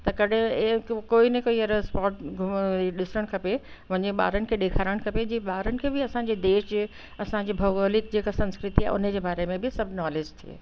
त कॾहिं इहे कोई न कोई अहिड़ो स्पॉट घुमणु ॾिसणु खपे वञे ॿारनि खे ॾेखारणु खपे जीअं ॿारनि खे बि असांजे देश जे असांजी भगोलिक जेका संस्कृति आहे हुन जे बारे में बि सभु नॉलेज थी अचे